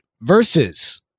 versus